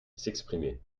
s’exprimer